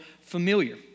familiar